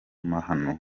mahano